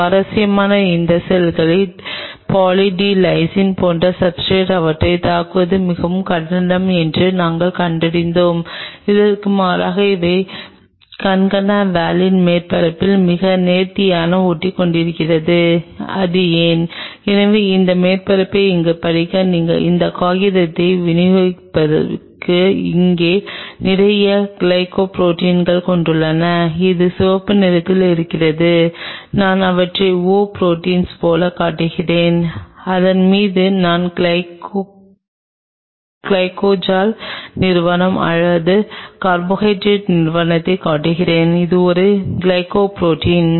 சுவாரஸ்யமாக இந்த செல்கள் பாலி டி லைசின் போன்ற சப்ஸ்ர்டேட் அவற்றைத் தாக்குவது மிகவும் கடினம் என்று நாங்கள் கண்டறிந்தோம் இதற்கு மாறாக இவை கான்கானா வாலின் மேற்பரப்பில் மிக நேர்த்தியாக ஒட்டிக்கொள்கின்றன அது ஏன் எனவே இந்த மேற்பரப்பை இங்கே படிக்க நீங்கள் இந்த காகிதத்தை விநியோகிப்பேன் இது இங்கே நிறைய கிளைகோபுரோட்டின்களைக் கொண்டுள்ளது அது சிவப்பு நிறத்தில் இருக்கிறது நான் அவற்றை ஓ ப்ரோடீன்ஸ் போலக் காட்டுகிறேன் அதன் மீது நான் கிளைகோல் நிறுவனம் அல்லது கார்போஹைட்ரேட் நிறுவனத்தைக் காட்டுகிறேன் இது ஒரு கிளைகோபுரோட்டீன்